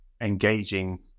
engaging